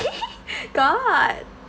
got